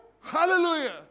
Hallelujah